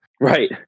right